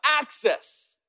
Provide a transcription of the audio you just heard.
access